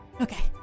Okay